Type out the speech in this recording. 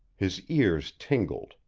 his ears tingled,